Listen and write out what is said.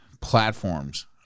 platforms